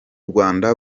rwanda